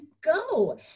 go